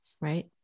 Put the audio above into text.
right